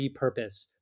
repurpose